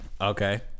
Okay